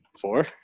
Four